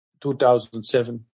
2007